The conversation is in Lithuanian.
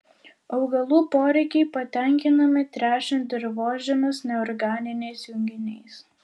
augalų poreikiai patenkinami tręšiant dirvožemius neorganiniais junginiais